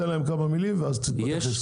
תן להם כמה מילים ואז תתייחס.